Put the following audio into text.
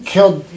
Killed